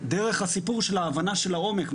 דרך הסיפור של ההבנה של העומק.